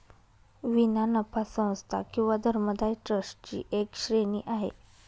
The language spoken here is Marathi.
विना नफा संस्था किंवा धर्मदाय ट्रस्ट ची एक श्रेणी आहे